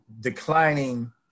declining